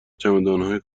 چمدانهای